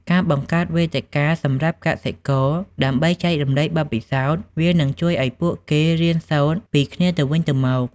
ការបង្កើតវេទិកាសម្រាប់កសិករដើម្បីចែករំលែកបទពិសោធន៍ វានឹងជួយឱ្យពួកគេរៀនសូត្រពីគ្នាទៅវិញទៅមក។